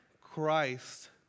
Christ